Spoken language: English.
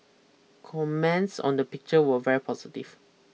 comments on the picture were very positive